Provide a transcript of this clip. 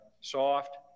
soft